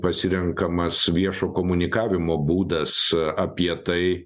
pasirenkamas viešo komunikavimo būdas apie tai